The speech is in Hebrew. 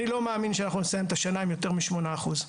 אני לא מאמין שאנחנו נסיים את השנה עם יותר משמונה אחוז,